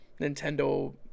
Nintendo